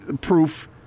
proof